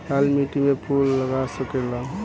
लाल माटी में फूल लाग सकेला?